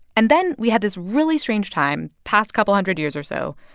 and then we had this really strange time, past couple hundred years or so,